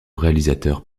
réalisateur